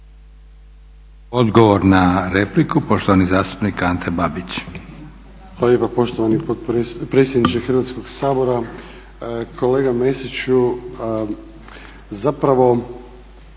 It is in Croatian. Odgovor na repliku poštovani zastupnik Ante Babić.